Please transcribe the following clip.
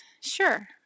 sure